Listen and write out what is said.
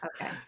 okay